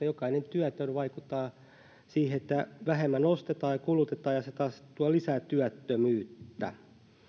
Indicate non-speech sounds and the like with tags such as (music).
(unintelligible) jokainen työtön vaikuttaa siihen että vähemmän ostetaan ja kulutetaan ja se taas tuo lisää työttömyyttä